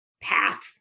path